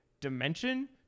dimension